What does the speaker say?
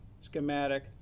schematic